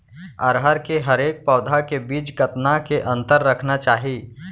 अरहर के हरेक पौधा के बीच कतना के अंतर रखना चाही?